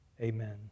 Amen